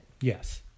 yes